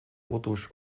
votos